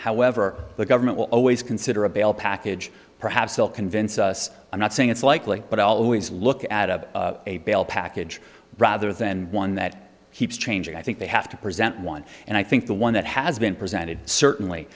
however the government will always consider a bail package perhaps will convince us i'm not saying it's likely but i always look at a bail package rather than one that keeps changing i think they have to present one and i think the one that has been presented certainly